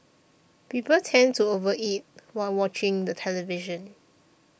people tend to over eat while watching the television